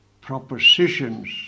propositions